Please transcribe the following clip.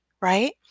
right